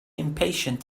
impatient